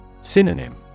Synonym